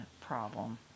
problem